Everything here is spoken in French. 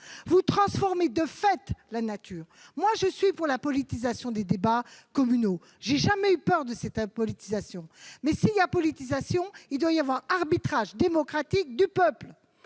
Vous transformez, de fait, la nature de l'intercommunalité. Certes, je suis pour la politisation des débats communaux, je n'ai jamais eu peur de cette politisation, mais s'il y a politisation il doit y avoir arbitrage démocratique du peuple